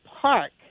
park